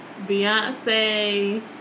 Beyonce